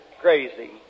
crazy